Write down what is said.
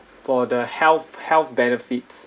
for the health health benefits